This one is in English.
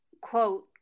Quote